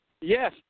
Yes